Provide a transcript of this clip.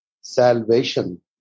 salvation